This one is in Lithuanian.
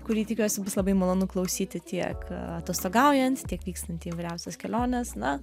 kurį tikiuosi bus labai malonu klausyti tiek atostogaujant tiek vykstant į įvairiausias keliones na